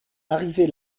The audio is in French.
arrivée